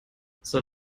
soll